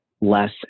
less